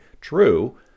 True